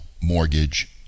mortgage